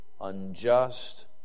unjust